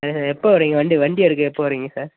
சரி சார் எப்போ வரீங்க வண்டி வண்டி எடுக்க எப்போ வரீங்க சார்